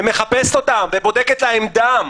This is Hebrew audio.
ומחפשת אותם ובודקת להם דם